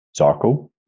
Zarko